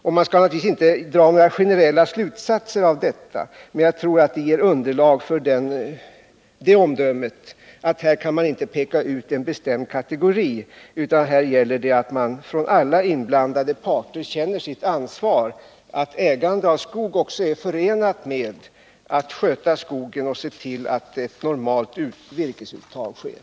Man skall naturligtvis inte dra några generella slutsatser av detta, men jag tror att det finns underlag för omdömet att man här inte kan peka ut någon bestämd kategori, utan att det gäller att alla inblandade parter känner sitt ansvar: att ägande av skog också är förenat med att sköta skogen och se till att ett normalt virkesuttag sker.